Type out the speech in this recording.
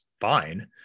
fine